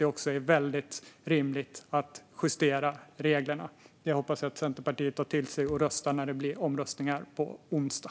Det är väldigt rimligt att justera reglerna. Jag hoppas att Centerpartiet tar till sig det när det blir omröstningar på onsdag.